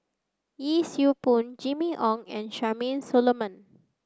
Yee Siew Pun Jimmy Ong and Charmaine Solomon